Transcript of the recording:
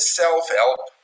self-help